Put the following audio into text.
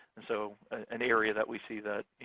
and so an area that we see that,